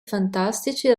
fantastici